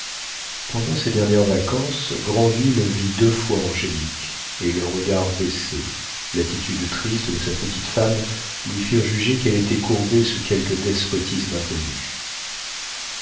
pendant ses dernières vacances granville vit deux fois angélique et le regard baissé l'attitude triste de sa petite femme lui firent juger qu'elle était courbée sous quelque despotisme inconnu